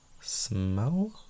smell